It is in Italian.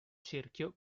cerchio